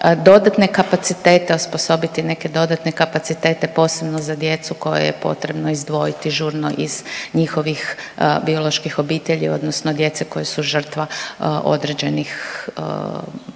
dodatne kapacitete osposobiti neke dodatne kapacitete posebno za djecu koju je potrebno izdvojiti žurno iz njihovih bioloških obitelji odnosno djece koji su žrtva određenih ponašanja